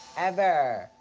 ever.